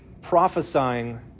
prophesying